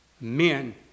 Men